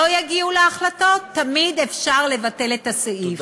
לא יגיעו להחלטות, תמיד אפשר לבטל את הסעיף.